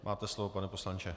Máte slovo, pane poslanče.